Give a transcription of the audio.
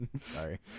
Sorry